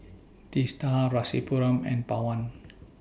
Teesta Rasipuram and Pawan